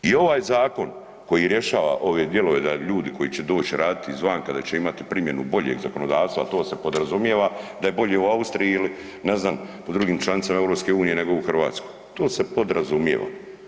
I ovaj zakon koji rješava ove dijelove da ljudi koji će doći raditi izvanka da će imati primjenu boljeg zakonodavstva, a to se podrazumijeva da je bolje u Austriji ili ne znam nego u drugim članicama EU nego u Hrvatskoj, to se podrazumijeva.